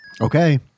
Okay